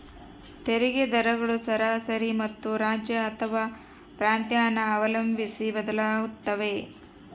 ತೆರಿಗೆ ದರಗಳು ಸರಾಸರಿ ಮತ್ತು ರಾಜ್ಯ ಅಥವಾ ಪ್ರಾಂತ್ಯನ ಅವಲಂಬಿಸಿ ಬದಲಾಗುತ್ತವೆ